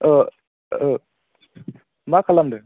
मा खालामदों